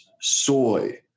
soy